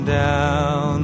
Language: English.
down